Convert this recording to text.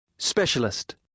Specialist